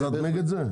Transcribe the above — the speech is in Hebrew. אז את נגד זה?